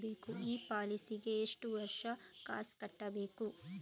ಈ ಪಾಲಿಸಿಗೆ ಎಷ್ಟು ವರ್ಷ ಕಾಸ್ ಕಟ್ಟಬೇಕು?